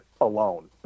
alone